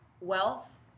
wealth